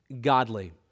godly